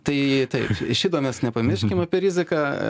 tai taip šito mes nepamirškim apie riziką